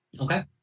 Okay